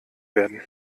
werden